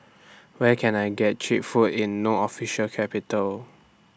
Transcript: Where Can I get Cheap Food in No Official Capital